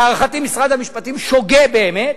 להערכתי משרד המשפטים שוגה באמת.